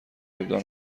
ابداع